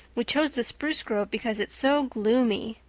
we chose the spruce grove because it's so gloomy.